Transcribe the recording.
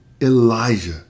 Elijah